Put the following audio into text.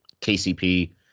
KCP